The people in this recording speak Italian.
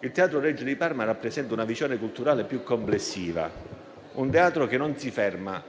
Il Teatro Regio di Parma rappresenta una visione culturale più complessiva: un Teatro che non si ferma